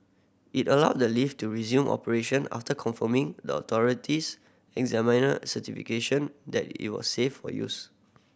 it allowed the lift to resume operation after confirming the authorities examiner certification that it was safe for use